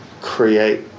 create